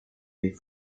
des